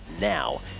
now